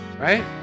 Right